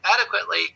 adequately